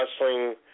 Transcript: wrestling